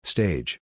Stage